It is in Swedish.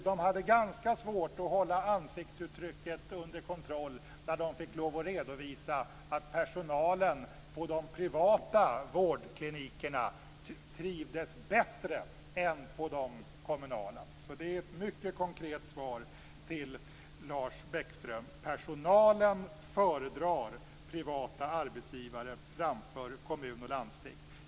De hade ganska svårt att hålla ansiktsuttrycket under kontroll när de fick redovisa att personalen trivs bättre på de privata vårdklinikerna än på de kommunala. Det är ett mycket konkret svar till Lars Bäckström: Personalen föredrar privata arbetsgivare framför kommun och landsting.